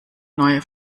neue